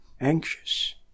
anxious